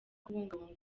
kubungabunga